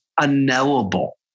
unknowable